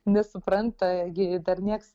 nesupranta gi dar nieks